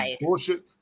bullshit